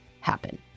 happen